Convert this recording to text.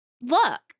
look